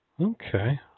Okay